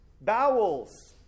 bowels